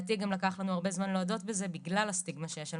לדעתי גם לקח לנו הרבה זמן להודות בזה בגלל הסטיגמה שיש על